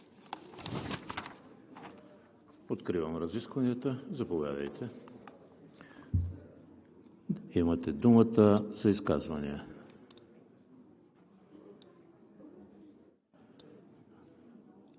Откривам разискванията. Заповядайте, имате думата за изказвания.